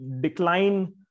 decline